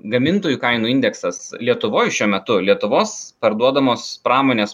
gamintojų kainų indeksas lietuvoj šiuo metu lietuvos parduodamos pramonės